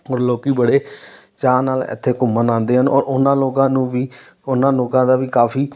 ਔਰ ਲੋਕ ਬੜੇ ਚਾਅ ਨਾਲ ਇੱਥੇ ਘੁੰਮਣ ਆਉਂਦੇ ਹਨ ਔਰ ਉਹਨਾਂ ਲੋਕਾਂ ਨੂੰ ਵੀ ਉਹਨਾਂ ਲੋਕਾਂ ਦਾ ਵੀ ਕਾਫੀ